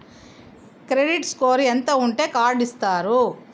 Credit score ఎంత ఉంటే card ఇస్తారు?